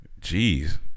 Jeez